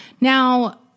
Now